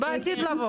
בעתיד לבוא.